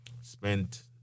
spent